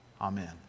Amen